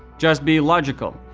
just be illogical.